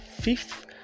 fifth